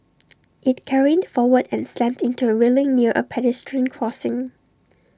IT careened forward and slammed into A railing near A pedestrian crossing